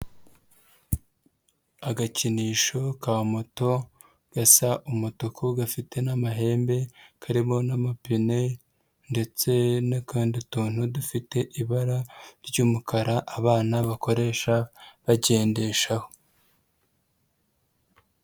Agakinisho ka moto gasa umutuku gafite n'amahembe, karimo n'amapine ndetse n'akandi utuntu dufite ibara ry'umukara, abana bakoresha bagendeshaho.